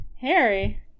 Harry